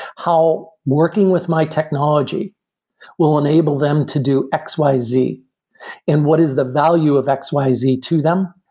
how working with my technology will enable them to do x, y, z and what is the value of x, y, z to them,